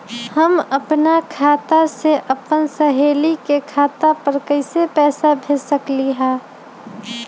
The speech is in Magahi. हम अपना खाता से अपन सहेली के खाता पर कइसे पैसा भेज सकली ह?